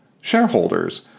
shareholders